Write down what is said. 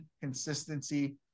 consistency